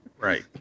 Right